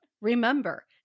remember